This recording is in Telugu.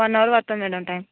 వన్ అవర్ పడుతుంది మేడం టైమ్